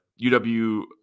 uw